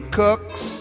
cooks